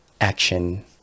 action